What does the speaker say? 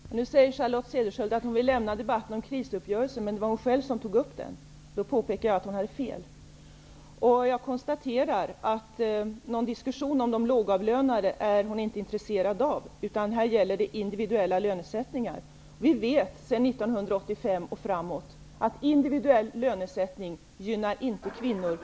Herr talman! Nu säger Charlotte Cederschiöld att hon vill lämna debatten om krisuppgörelsen, men det var hon själv som tog upp den. Det var därför jag påpekade att hon hade fel. Jag konsterar att hon inte är intresserad av någon debatt om de lågavlönade, utan här gäller det individuella lönesättningar. Vi har erfarenheter från år 1985 och framåt som säger att individuell lönesättning inte gynnar kvinnor och de lågavlönade.